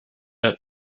der